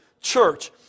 church